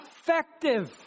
effective